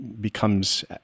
becomes